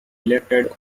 elected